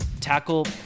Tackle